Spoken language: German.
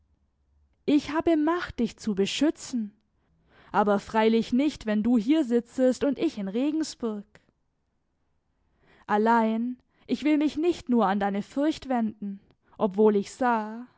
ich habe macht dich zu beschützen aber freilich nicht wenn du hier sitzest und ich in regensburg allein ich will mich nicht nur an deine furcht wenden obwohl ich sah